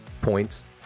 points